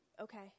Okay